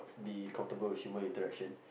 be comfortable with human interaction